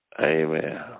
Amen